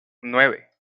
nueve